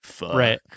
Right